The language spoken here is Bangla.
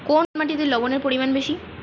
কোন মাটিতে লবণের পরিমাণ বেশি?